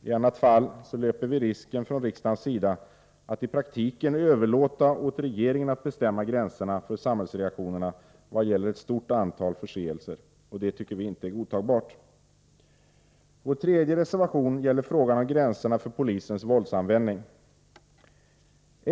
I annat fall löper vi risken från riksdagens sida att i praktiken överlåta åt regeringen att bestämma gränserna för samhällsreaktionerna vad gäller ett stort antal förseelser, och det tycker vi inte är godtagbart. Vår tredje reservation gäller frågan om gränserna för polisens våldsanvändning.